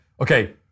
okay